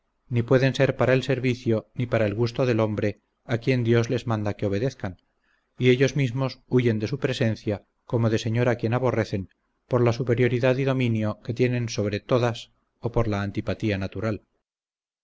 ni pueden ser para el servicio ni para el gusto del hombre a quien dios les manda que obedezcan y ellos mismos huyen de su presencia como de señor a quien aborrecen por la superioridad y dominio que tienen sobre todas o por la antipatía natural